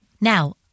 Now